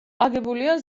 აგებულია